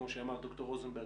כמו שאמר ד"ר רוזנברג,